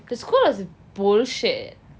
the school was bullshit